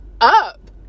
up